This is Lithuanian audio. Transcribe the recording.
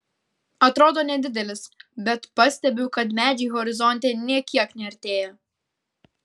atrodo nedidelis bet pastebiu kad medžiai horizonte nė kiek neartėja